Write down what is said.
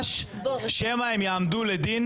רוטמן, שעה אחת יש למליאה לדון